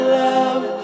love